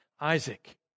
Isaac